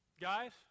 Guys